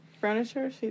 furniture